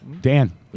Dan